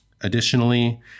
Additionally